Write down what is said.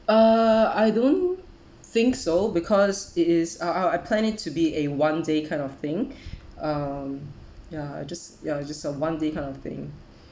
uh I don't think so because it is uh ah I'm plan it to be a one day kind of thing um ya I just ya just a one day kind of thing